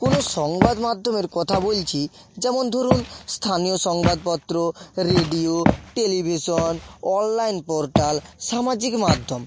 কোনো সংবাদমাধ্যমের কথা বলছি যেমন ধরুন স্থানীয় সংবাদপত্র রেডিও টেলিভিশন অনলাইন পোর্টাল সামাজিক মাধ্যম